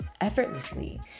Effortlessly